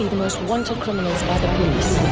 most wanted criminals by the police.